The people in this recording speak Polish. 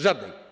Żadnej.